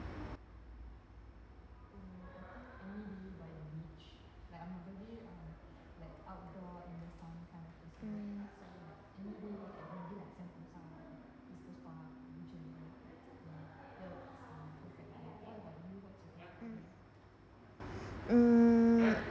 mm mm mm